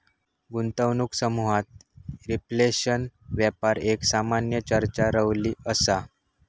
गुंतवणूक समुहात रिफ्लेशन व्यापार एक सामान्य चर्चा रवली असा